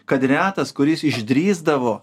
kad retas kuris išdrįsdavo